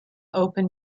open